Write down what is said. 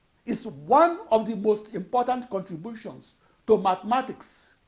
is one of the most important contributions to mathematics